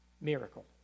miracle